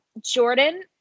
Jordan